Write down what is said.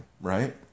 right